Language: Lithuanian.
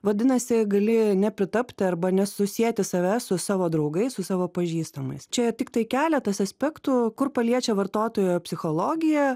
vadinasi gali nepritapti arba nesusieti savęs su savo draugais su savo pažįstamais čia tiktai keletas aspektų kur paliečia vartotojo psichologiją